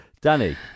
Danny